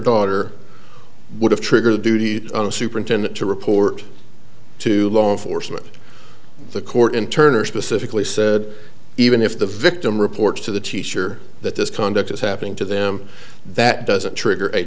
daughter would have triggered a duty superintendent to report to law enforcement the court and turner specifically said even if the victim reports to the teacher that this conduct is happening to them that doesn't trigger a